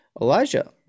Elijah